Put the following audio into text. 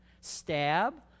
stab